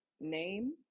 name